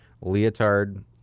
leotard